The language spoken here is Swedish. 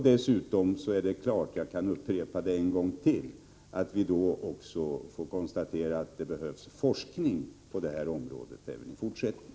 Dessutom är det klart — jag kan upprepa det en gång till — att vi får konstatera att det behövs forskning på det här området även i fortsättningen.